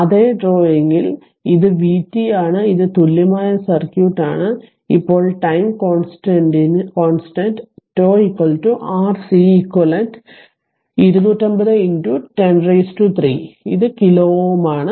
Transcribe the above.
അതേ ഡ്രോയിംഗിൽ ഇത് vt ആണ് ഇത് തുല്യമായ സർക്യൂട്ട് ആണ് ഇപ്പോൾ ടൈം കോൺസ്റ്റന്റ് τ RCq 250 10 3 ഇത് കിലോ Ω ആണ്